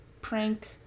prank